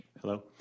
Hello